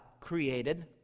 created